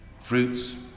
fruits